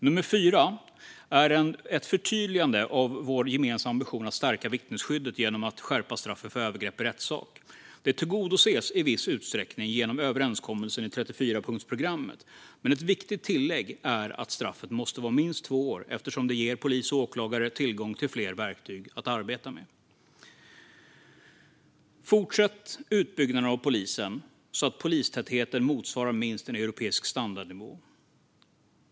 Det fjärde gäller ett förtydligande av vår gemensamma ambition att stärka vittnesskyddet genom att skärpa straffen för övergrepp i rättssak. Detta tillgodoses i viss utsträckning genom överenskommelsen i 34-punktsprogrammet, men ett viktigt tillägg är att straffet måste vara minst två år eftersom det ger polis och åklagare tillgång till fler verktyg att arbeta med. Det femte är att fortsätta utbyggnaden av polisen så att polistätheten motsvarar minst en europeisk standardnivå.